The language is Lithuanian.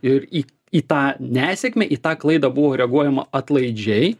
ir į į tą nesėkmę į tą klaidą buvo reaguojama atlaidžiai